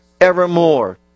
evermore